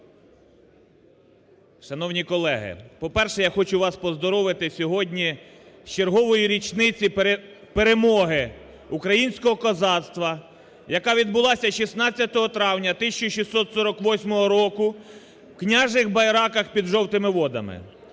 Шановні колеги, по-перше, я хочу вас поздоровити сьогодні з черговою річницею перемоги українського козацтва, яка відбулася 16 травня 1648 року в Княжих Байраках під Жовтими Водами.